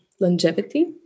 longevity